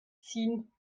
ziehen